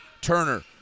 Turner